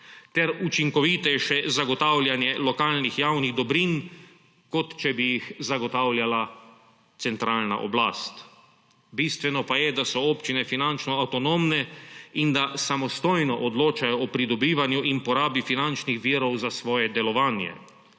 ter učinkovitejše zagotavljanje lokalnih javnih dobrin, kot če bi jih zagotavljala centralna oblast. Bistveno pa je, da so občine finančno avtonomne in da samostojno odločajo o pridobivanju in porabi finančnih virov za svoje delovanje.